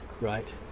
Right